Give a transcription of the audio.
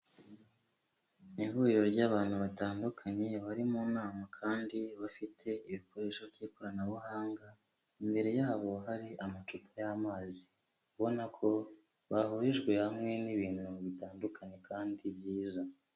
Ihuriro ry'abantu batandukanye bari mu nama kandi bafite ibikoresho by'ikoranabuhanga, imbere yabo hari amacupa y'amazi, ubona ko bahurijwe hamwe n'ibintu bitandukanye kandi byiza.